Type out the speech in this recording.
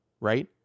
right